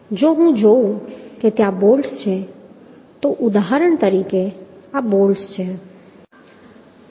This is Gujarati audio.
જો હું જોઉં કે ત્યાં બોલ્ટ્સ છે તો ઉદાહરણ તરીકે આ બોલ્ટ્સ છે